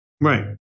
right